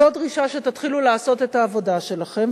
"זו דרישה שתתחילו לעשות את העבודה שלכם,